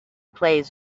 plays